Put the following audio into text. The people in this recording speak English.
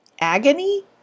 Agony